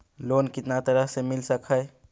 Loan कितना तरह से मिल सक है?